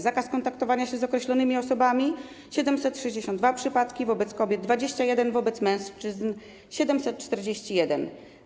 Zakaz kontaktowania się z określonymi osobami: 762 przypadki, wobec kobiet - 21, wobec mężczyzn - 741.